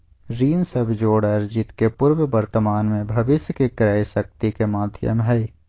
ऋण सब जोड़ अर्जित के पूर्व वर्तमान में भविष्य के क्रय शक्ति के माध्यम हइ